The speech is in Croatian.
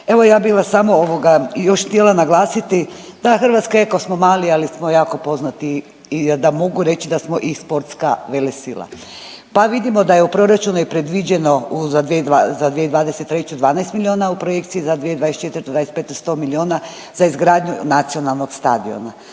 evo ja bih vas samo još htjela naglasiti da Hrvatska iako smo mali ali smo jako poznati i da mogu reći da smo i sportska velesila. Pa vidimo da je u proračunu je predviđeno za 2023. 12 milijuna u projekciji, za 2024., 2025. sto milijuna za izgradnju nacionalnog stadiona